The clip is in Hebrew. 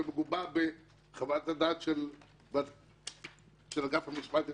שמגובה בחוות הדעת של אגף המשמעת אצלנו,